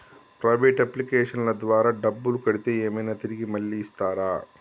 Private అప్లికేషన్ల ద్వారా డబ్బులు కడితే ఏమైనా తిరిగి మళ్ళీ ఇస్తరా?